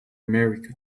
america